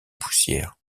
poussière